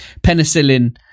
penicillin